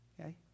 Okay